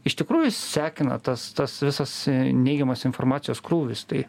iš tikrųjų sekina tas tas visas neigiamos informacijos krūvis tai